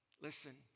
Listen